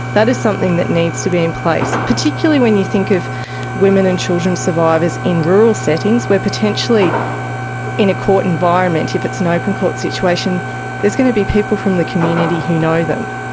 that is something that needs to be in place, particularly when you think of women and children survivors in rural settings where potentially in a court environment if it's an open court situation there is going to be people from the community who know them.